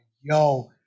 yo